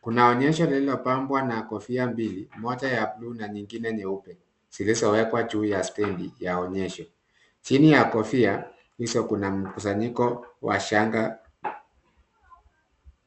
Kuna onyesho lililopambwa na kofia mbili, moja ya bluu na nyingine nyeupe zilizowekwa juu ya stendi ya onyesho. Chini ya kofia hizo kuna mkusanyiko wa shanga.